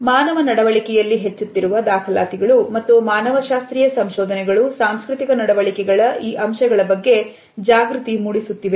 ಮಾನವ ನಡವಳಿಕೆಯಲ್ಲಿ ಹೆಚ್ಚುತ್ತಿರುವ ದಾಖಲಾತಿಗಳು ಮತ್ತು ಮಾನವಶಾಸ್ತ್ರೀಯ ಸಂಶೋಧನೆಗಳು ಸಾಂಸ್ಕೃತಿಕ ನಡವಳಿಕೆಗಳ ಈ ಅಂಶಗಳ ಬಗ್ಗೆ ಜಾಗೃತಿ ಮೂಡಿಸುತ್ತಿವೆ